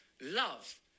love